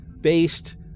based